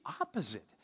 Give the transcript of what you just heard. opposite